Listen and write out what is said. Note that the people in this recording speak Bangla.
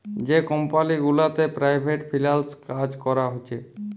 যে কমপালি গুলাতে পেরাইভেট ফিল্যাল্স কাজ ক্যরা হছে